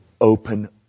open